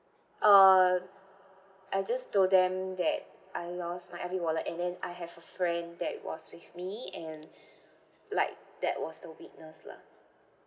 uh I just told them that I lost my L_V wallet and then I have a friend that was with me and like that was the witness lah